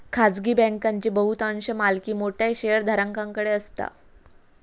खाजगी बँकांची बहुतांश मालकी मोठ्या शेयरधारकांकडे असता